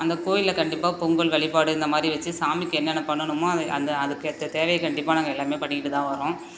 அந்த கோயிலில் கண்டிப்பாக பொங்கல் வழிப்பாடு இந்த மாதிரி வச்சு சாமிக்கு என்னனென்ன பண்ணணுமோ அது அந்த அதுக்கேற்ற தேவையை கண்டிப்பாக நாங்கள் எல்லாமே பண்ணிக்கிட்டு தான் வரோம்